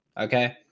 Okay